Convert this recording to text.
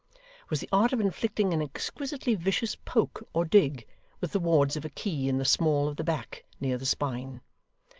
was the art of inflicting an exquisitely vicious poke or dig with the wards of a key in the small of the back, near the spine.